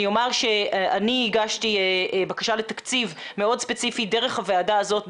אני אומר שאני הגשתי בקשה לתקציב מאוד ספציפי דרך הוועדה הזאת,